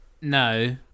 No